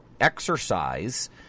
exercise